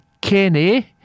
Kenny